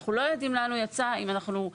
אנחנו לא יודעים לאן הוא יצא אם הבעיות